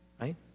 right